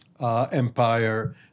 Empire